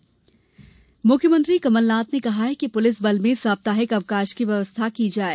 Kamal Nath police मुख्यमंत्री कमलनाथ ने कहा है कि पुलिस बल में साप्ताहिक अवकाश की व्यवस्था की जाये